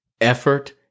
Effort